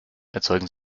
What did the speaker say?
erzeugen